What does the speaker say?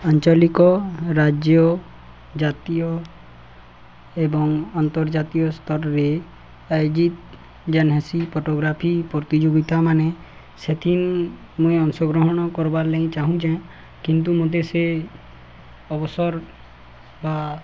ଆଞ୍ଚଳିକ ରାଜ୍ୟ ଜାତୀୟ ଏବଂ ଅନ୍ତର୍ଜାତୀୟ ସ୍ତରରେ ଆଜିତ ଜାନେସି ଫଟୋଗ୍ରାଫି ପ୍ରତିଯୋଗିତା ମାନ ସେଥିନ୍ ମୁଇଁ ଅଂଶଗ୍ରହଣ କର୍ବାର୍ ଲାଗି ଚାହୁଁଛେ କିନ୍ତୁ ମୋତେ ସେ ଅବସର ବା